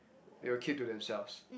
they will keep to themselves